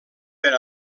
per